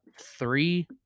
three